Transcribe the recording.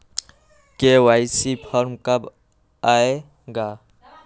KYC form कब आए गा?